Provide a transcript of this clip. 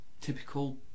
typical